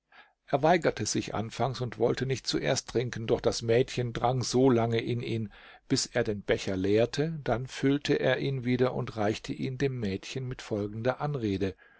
er weigerte sich anfangs und wollte nicht zuerst trinken doch das mädchen drang so lang in ihn bis er den becher leerte dann füllte er ihn wieder und reichte ihn dem mädchen mit folgender anrede